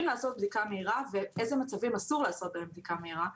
לעשות בדיקה מהירה ואיזה מצבים אסור לעשות בהם בדיקה מהירה.